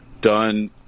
done